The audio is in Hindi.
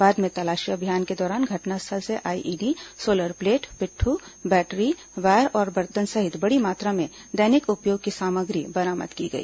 बाद में तलाशी अभियान के दौरान घटनास्थल से आईईडी सोलर प्लेट पिट्टू बैटरी वायर और बर्तन सहित बड़ी मात्रा में दैनिक उपयोग की सामग्री बरामद की गई